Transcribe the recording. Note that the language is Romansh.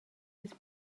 ins